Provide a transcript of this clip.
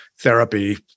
therapy